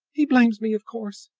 he blames me, of course,